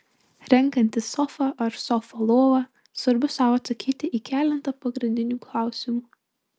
renkantis sofą ar sofą lovą svarbu sau atsakyti į keletą pagrindinių klausimų